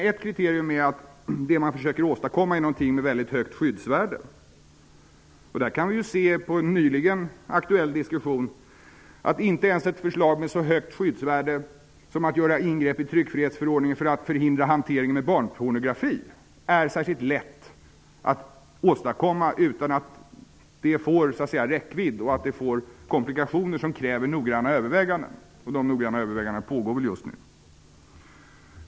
Ett kriterium borde vara att det man försöker åstadkomma är någonting med mycket högt skyddsvärde. Där kan vi se av en nyligen aktuell diskussion att inte ens ett förslag med så högt skyddsvärde som att göra ingrepp i tryckfrihetsförordningen för att förhindra hanteringen med barnpornografi är särskilt lätt att åstadkomma utan att det får räckvid och komplikationer som kräver noggranna överväganden. De noggranna övervägandena pågår just nu.